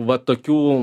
va tokių